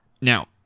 Now